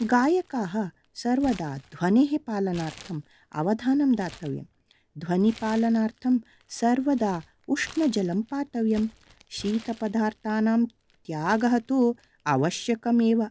गायकाः सर्वदा ध्वनेः पालनार्थम् अवधानं दातव्यं ध्वनिपालनार्थं सर्वदा उष्णजलं पातव्यं शीतपदार्थानां त्यागः तु आवश्यकम् एव